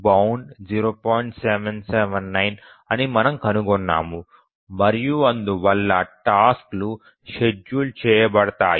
779 అని మనము కనుగొన్నాము మరియు అందువల్ల టాస్క్ లు షెడ్యూల్ చేయబడతాయి